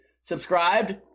subscribed